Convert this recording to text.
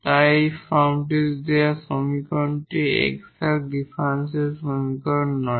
তাই এই ফর্মটিতে দেওয়া এই সমীকরণটি এক্সাট ডিফারেনশিয়াল সমীকরণ নয়